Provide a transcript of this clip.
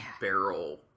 barrel